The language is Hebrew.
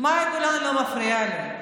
מאי גולן לא מפריעה לי,